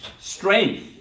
strength